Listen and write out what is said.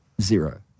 zero